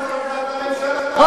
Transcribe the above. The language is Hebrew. או